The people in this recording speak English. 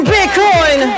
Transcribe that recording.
Bitcoin